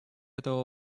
этого